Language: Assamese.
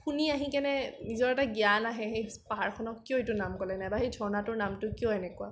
শুনি আহিকেনে নিজৰ এটা জ্ঞান আহে সেই পাহাৰখনক কিয় এইটো নাম ক'লে নাইবা ঝৰ্ণাটোৰ নামটো কিয় এনেকুৱা